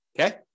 okay